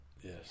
Yes